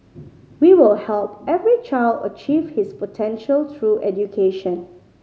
we will help every child achieve his potential through education